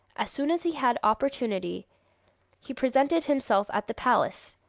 as soon as he had opportunity he presented himself at the palace,